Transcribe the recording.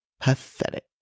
pathetic